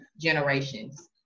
generations